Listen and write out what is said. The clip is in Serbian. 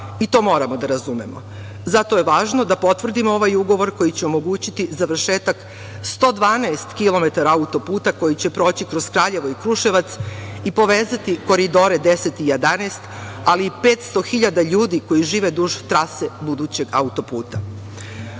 To moramo da razumemo. Zato je važno da potvrdimo ovaj ugovor koji će omogućiti završetak 112 kilometara autoputa koji će proći kroz Kraljevo i Kruševac i povezati koridore 10 i 11, ali i 500 hiljada ljudi koji žive duž trase budućeg autoputa. Ono